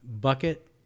bucket